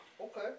Okay